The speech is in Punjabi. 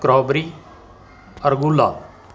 ਸਟ੍ਰੋਬਰੀ ਅਰਬੂਲਾ